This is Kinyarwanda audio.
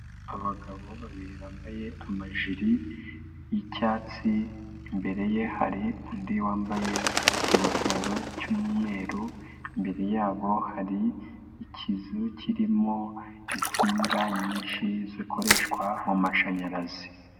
Abagabo babiri bambaye amajiri y'icyatsi, imbere ye hari undi wambaye ikigofero cyu'mweru, imbere yabo hari ikizu kirimo insinga nyinshi zikoreshwa mu mashanyarazi.